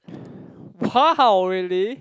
wow really